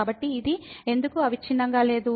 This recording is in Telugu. కాబట్టి ఇది ఎందుకు అవిచ్ఛిన్నంగా లేదు